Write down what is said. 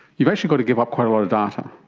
you've actually got to give up quite a lot of data.